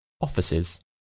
offices